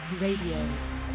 Radio